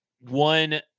one